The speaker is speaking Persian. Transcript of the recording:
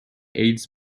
ایدز